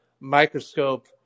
microscope